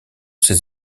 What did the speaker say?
ces